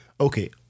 okay